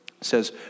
says